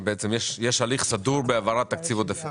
יש תהליך סדור בהעברת תקציב עודפים.